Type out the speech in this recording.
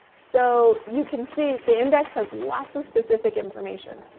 so you can see the index has lots of specific information.